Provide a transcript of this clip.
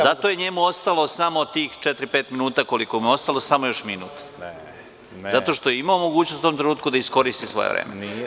Zato je njemu ostalo samo tih četiri – pet minuta koliko mu je ostalo samo još minut zato što je imao mogućnost u tom trenutku da iskoristi svoje vreme.